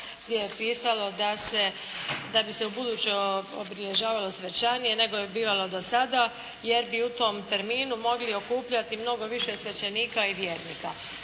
da se, da bi se ubuduće obilježavalo svečanije nego je bivalo do sada jer bi u tom terminu mogli okupljati mnogo više svećenika i vjernika.